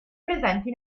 presenti